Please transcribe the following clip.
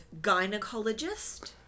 gynecologist